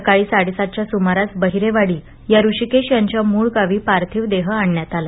सकाळी साडे सातच्या सुमारास बहिरेवाडी या ऋषीकेश यांच्या मुळगावी पार्थिव देह आणण्यात आला